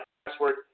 password